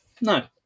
No